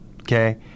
Okay